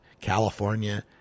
California